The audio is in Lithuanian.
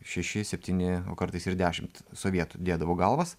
šeši septyni o kartais ir dešimt sovietų dėdavo galvas